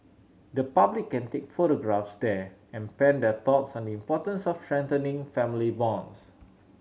the public can take photographs there and pen their thoughts on the importance of strengthening family bonds